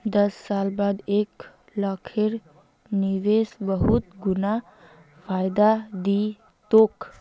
दस साल बाद एक लाखेर निवेश बहुत गुना फायदा दी तोक